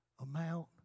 amount